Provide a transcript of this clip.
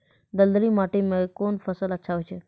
दलदली माटी म कोन फसल अच्छा होय छै?